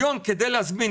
היום כדי להזמין,